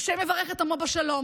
ה' יברך את עמו בשלום",